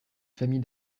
famille